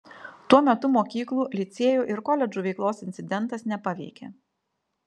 tuo metu mokyklų licėjų ir koledžų veiklos incidentas nepaveikė